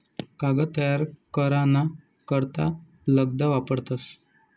कागद तयार करा ना करता लगदा वापरतस